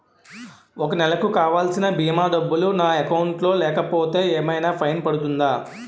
ఒక నెలకు కావాల్సిన భీమా డబ్బులు నా అకౌంట్ లో లేకపోతే ఏమైనా ఫైన్ పడుతుందా?